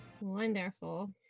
Wonderful